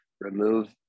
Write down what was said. remove